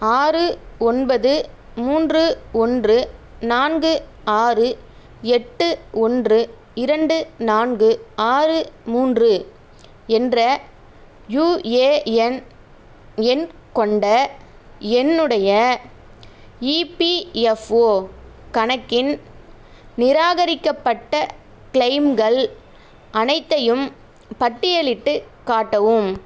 ஆறு ஒன்பது மூன்று ஒன்று நான்கு ஆறு எட்டு ஒன்று இரண்டு நான்கு ஆறு மூன்று என்ற யுஏஎன் எண் கொண்ட என்னுடைய இபிஎஃப்ஓ கணக்கின் நிராகரிக்கப்பட்ட க்ளெய்ம்கள் அனைத்தையும் பட்டியலிட்டுக் காட்டவும்